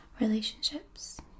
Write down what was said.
relationships